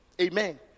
Amen